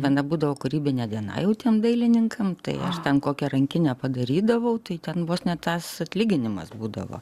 na nebūdavo kūrybinė diena jau tiem dailininkam tai aš ten kokią rankinę padarydavau tai ten vos ne tas atlyginimas būdavo